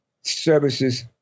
services